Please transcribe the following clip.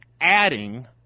adding